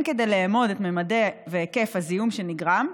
1. מהו גורם הדליפה ומה היקפה נכון לעכשיו?